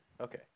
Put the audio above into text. Okay